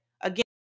again